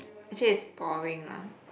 actually it's boring lah